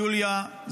יוליה,